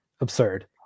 absurd